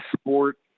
sport